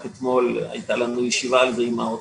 רק אתמול הייתה לנו ישיבה עם האוצר,